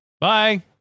Bye